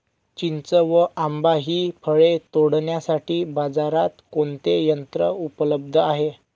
चिंच व आंबा हि फळे तोडण्यासाठी बाजारात कोणते यंत्र उपलब्ध आहे?